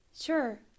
Sure